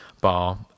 bar